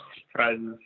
surprises